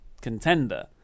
Contender